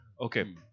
Okay